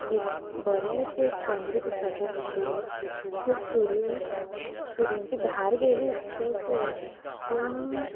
एक बरेंच एक पंदरा दिसाच्या भितर त्यो सुरयो त्या सुरयांची धार गेलीच तें सोड पूण